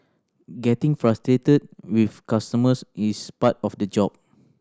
getting frustrated with customers is part of the job